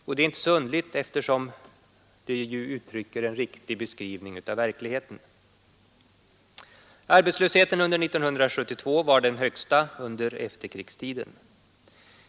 Detta är inte så underligt, eftersom det uttrycker en riktig beskrivning av verkligheten. Arbetslösheten under 1972 var den högsta under efterkrigstiden.